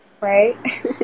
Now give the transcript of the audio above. Right